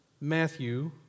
Matthew